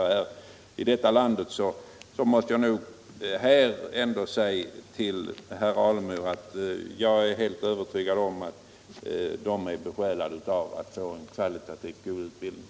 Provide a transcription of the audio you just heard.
Jag är övertygad om att alla dessa ledamöter: är besjälade av viljan att åstadkomma en kvalitativt god utbildning.